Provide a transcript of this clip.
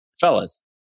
fellas